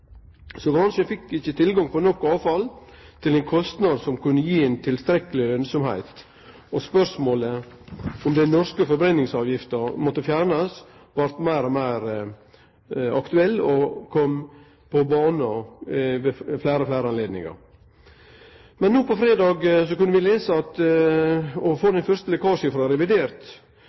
Så bransjen fekk ikkje tilgang til nok avfall til ein kostnad som kunne gi tilstrekkeleg lønnsemd, og spørsmålet om den norske forbrenningsavgifta måtte fjernast, blei meir og meir aktuelt og kom på banen ved fleire og fleire anledningar. Men no på fredag kunne vi lese om, og fekk, den første lekkasjen frå revidert,